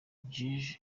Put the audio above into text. jeff